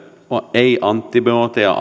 ei antibiootteja